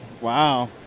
Wow